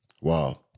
Wow